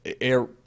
air